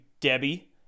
Debbie